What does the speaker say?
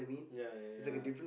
ya ya ya